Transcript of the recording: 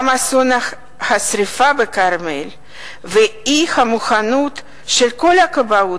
גם אסון השרפה בכרמל ואי-המוכנות של כל הכבאות